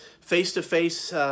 Face-to-face